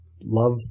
love